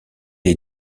les